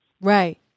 Right